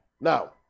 Now